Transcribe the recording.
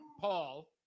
Paul